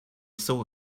saw